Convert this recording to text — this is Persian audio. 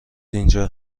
اینجا